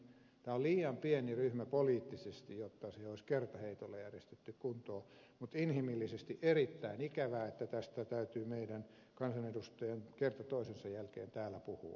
tämä on liian pieni ryhmä poliittisesti jotta asia olisi kertaheitolla järjestetty kuntoon mutta on inhimillisesti erittäin ikävää että tästä täytyy meidän kansanedustajien kerta toisensa jälkeen täällä puhua